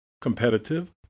competitive